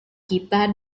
kita